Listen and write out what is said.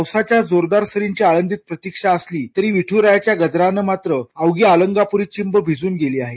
पावसाच्या जोरदार सरींची आळंदीत प्रतीक्षा असली तरी विठ्रायाच्या गजराने मात्र अवघी अलंकाप्री चिंब भिजून गेली आहे